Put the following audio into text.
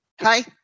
Hi